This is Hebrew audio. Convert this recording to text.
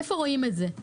איפה רואים את זה?